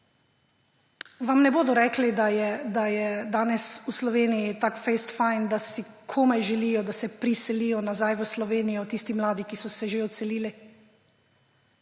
vam ne bodo rekli, da je danes v Sloveniji tako fejst fajn, da si komaj želijo, da se priselijo nazaj v Slovenijo tisti mladi, ki so se že odselili.